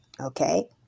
okay